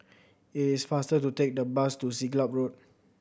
it is faster to take the bus to Siglap Road